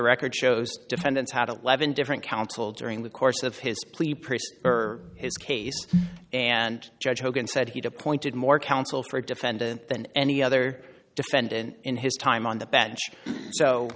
record shows defendants had eleven different counsel during the course of his plea priests or his case and judge hogan said he'd appointed more counsel for defendant than any other defendant in his time on the bench so